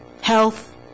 health